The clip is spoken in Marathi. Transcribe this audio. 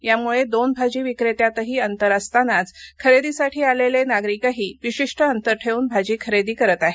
यामुळे दोन भाजी विक्रेत्यातही अंतर असतांनाच खरेदीसाठी आलेले नागरिकही विशिष्ट अंतर ठेवून भाजी खरेदी करत आहेत